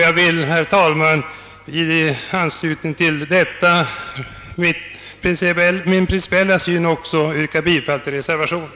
Jag vill, herr talman, i anslutning till denna redogörelse för min principiella syn på saken yrka bifall till reservationen.